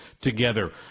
together